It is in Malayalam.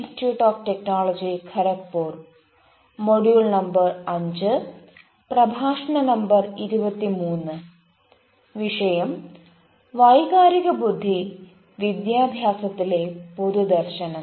സ്വാഗതം